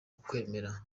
ukwemera